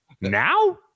now